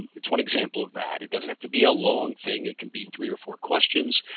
it's one example of that. it doesn't have to be a long thing, it can be three or four questions.